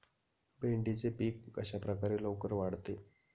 भेंडीचे पीक कशाप्रकारे लवकर वाढते?